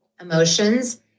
emotions